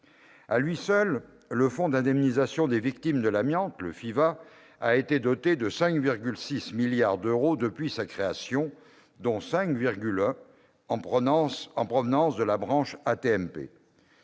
À lui seul, le Fonds d'indemnisation des victimes de l'amiante, le FIVA, a été doté de 5,6 milliards d'euros depuis sa création, dont 5,1 milliards d'euros en provenance de la branche AT-MP.